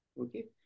okay